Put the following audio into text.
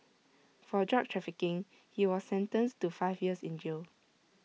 for drug trafficking he was sentenced to five years in jail